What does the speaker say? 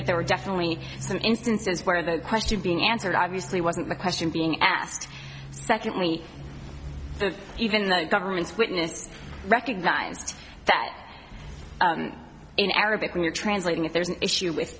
that there were definitely some instances where the question being answered obviously wasn't the question being asked secondly the even the government's witness recognized that in arabic we're translating if there's an issue with